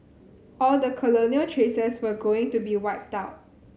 all the colonial traces were going to be wiped out